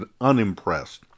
unimpressed